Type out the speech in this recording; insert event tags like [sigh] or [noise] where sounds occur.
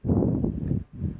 [breath]